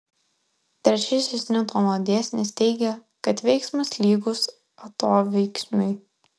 trečiasis niutono dėsnis teigia kad veiksmas lygus atoveiksmiui